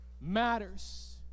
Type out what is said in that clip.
matters